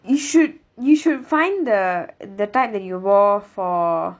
you should you should find the the type that you wore for